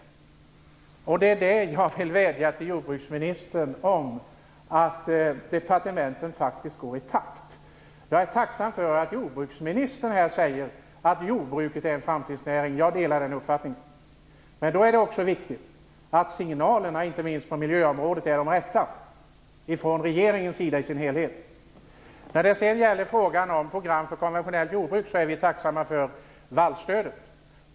Det är därför som jag vill vädja till jordbruksministern om att departementen faktiskt går i takt. Jag är tacksam för att jordbruksministern här säger att jordbruket är en framtidsnäring. Jag delar den uppfattningen. Men då är det också viktigt att signalerna, inte minst på miljöområdet, är de rätta från regeringens sida i dess helhet. När det gäller frågan om program för konventionellt jordbruk är vi tacksamma för vallstödet.